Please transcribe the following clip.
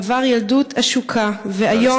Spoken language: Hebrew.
עבר ילדות עשוקה, נא לסיים.